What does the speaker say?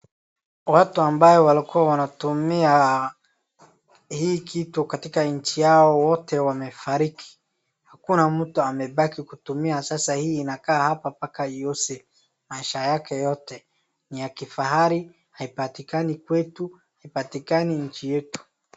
Watu ambao walikuwa wanatumia hii kitu katika nchi yao, wote wamefariki. Hakuna mtu amebaki kutumia, sasa hii inakaa hapa mpaka ioze maisha yake yote ni ya kifahari, haipatikani kwetu, haipatikani nchi yetu.